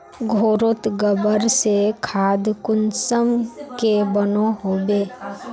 घोरोत गबर से खाद कुंसम के बनो होबे?